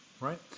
Right